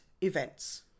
events